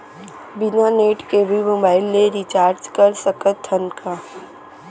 बिना नेट के भी मोबाइल ले रिचार्ज कर सकत हन का?